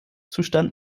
zustand